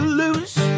lose